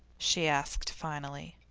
she asked finally.